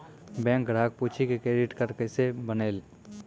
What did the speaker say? Bank ग्राहक पुछी की क्रेडिट कार्ड केसे बनेल?